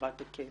רחבת היקף.